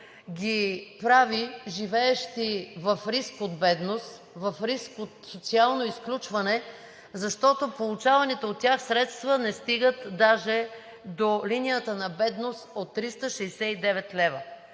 ги прави живеещи в риск от бедност, в риск от социално изключване, защото получаваните от тях средства не стигат даже до линията на бедност от 369 лв.